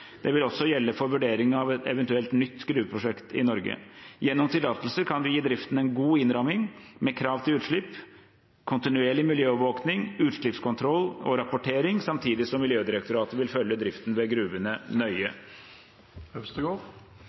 Det vil også gjelde for vurdering av et eventuelt nytt gruveprosjekt i Norge. Gjennom tillatelse kan vi gi driften en god innramming, med krav til utslipp, kontinuerlig miljøovervåkning, utslippskontroll og rapportering, samtidig som Miljødirektoratet vil følge driften ved gruvene nøye.